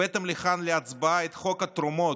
הבאתם לכאן להצבעה את חוק התרומות,